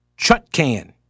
Chutkan